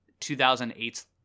2008